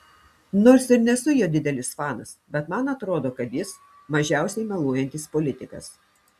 nors ir nesu jo didelis fanas bet man atrodo kad jis mažiausiai meluojantis politikas